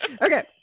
okay